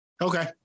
Okay